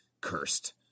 cursed